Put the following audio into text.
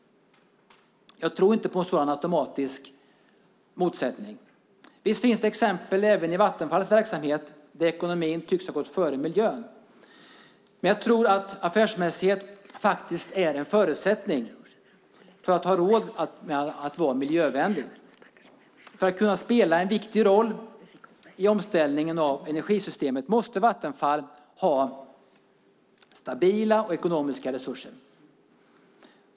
Jag tror inte på en sådan automatisk motsättning. Visst finns det exempel även i Vattenfalls verksamhet på att ekonomin tycks ha gått före miljön. Men jag tror att affärsmässighet är en förutsättning för att ha råd att vara miljövänlig. För att kunna spela en viktig roll i omställningen av energisystemet måste Vattenfall ha stabila ekonomiska resurser.